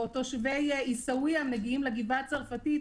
או תושבי עיסאוויה מגיעים לגבעה הצרפתית,